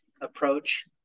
approach